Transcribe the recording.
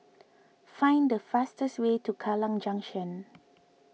find the fastest way to Kallang Junction